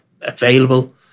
available